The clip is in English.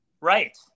Right